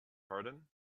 pardon